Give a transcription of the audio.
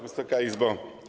Wysoka Izbo!